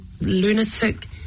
Lunatic